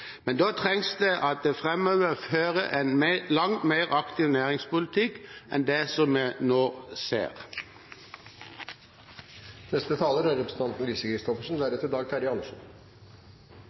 Men da trengs det at det framover føres en langt mer aktiv næringspolitikk enn det som vi nå ser.